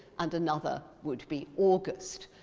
and another would be august.